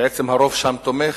ובעצם הרוב שם תומך,